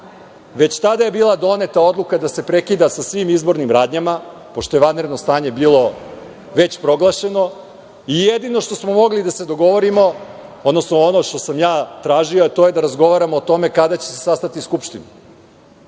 Već tada je bila doneta odluka da se prekida sa svim izbornim radnjama pošto je vanredno stanje bilo već proglašeno i jedino što smo mogli da se dogovorimo, odnosno ono što sam tražio, a to je da razgovaramo o tome kada će se sastati Skupština.